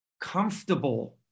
comfortable